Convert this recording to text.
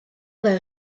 war